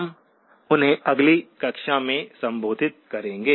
हम उन्हें अगली कक्षा में संबोधित करेंगे